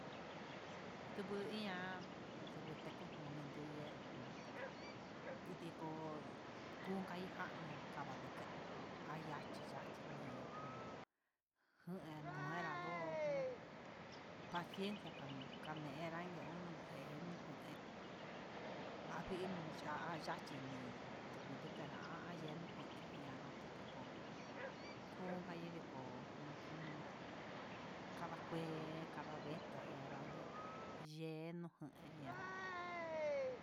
Ndubuu niña'a nduku teku nguni nuu ñe'e jun idiko, kuvin njanó kabadukei aya chí yachí nuu, njue nera'a no'o paciencia kane'e ngunu nrami he nuu ngué avinuya'a yachí nii tuku chera'a ayeno ngué, ñanra tekó kunka yedii ko jun un kandakué kanda, veta'a ndangue yeno kuen ihá.